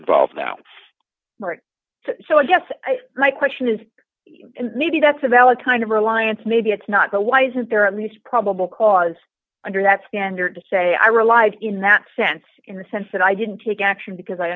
involved now so i guess my question is maybe that's a valid kind of reliance maybe it's not so why isn't there at least probable cause under that standard to say i relied in that sense in the sense that i didn't take action because i